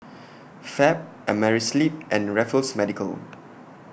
Fab Amerisleep and Raffles Medical